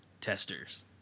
testers